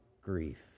grief